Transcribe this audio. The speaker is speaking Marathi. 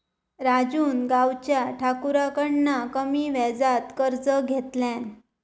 राजून गावच्या ठाकुराकडना कमी व्याजात कर्ज घेतल्यान